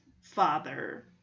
father